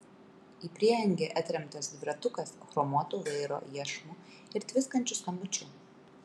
į prieangį atremtas dviratukas chromuotu vairo iešmu ir tviskančiu skambučiu